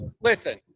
listen